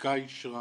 הפסיקה אישרה,